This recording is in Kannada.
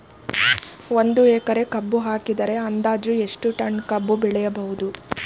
ಒಂದು ಎಕರೆ ಕಬ್ಬು ಹಾಕಿದರೆ ಅಂದಾಜು ಎಷ್ಟು ಟನ್ ಕಬ್ಬು ಬೆಳೆಯಬಹುದು?